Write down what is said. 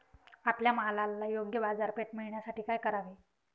आपल्या मालाला योग्य बाजारपेठ मिळण्यासाठी काय करावे?